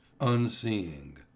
unseeing